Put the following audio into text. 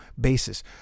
basis